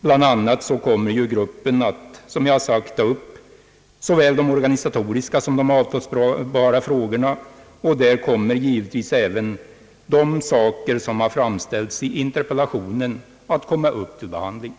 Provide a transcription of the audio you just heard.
Gruppen kommer bl.a. att ta upp, som jag redan framhållit, såväl de organisatoriska som de avtalsbara frågorna, och därvid kommer givetvis även de frågor som berörs i interpellationen att behandlas.